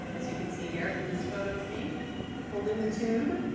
as you can see here from this photo of me holding the tube.